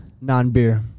Non-beer